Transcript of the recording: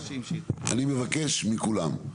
אני מבקש מכולם,